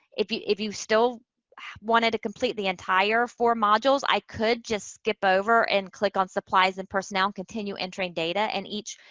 if you if you still wanted to complete the entire four modules, i could just skip over and click on supplies and personnel and continue entering data, and each,